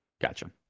gotcha